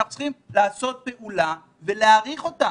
אנחנו צריכים לעשות פעולה ולהעריך אותה.